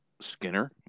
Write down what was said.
Skinner